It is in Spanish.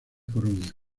coruña